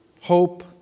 Hope